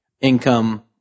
income